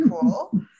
cool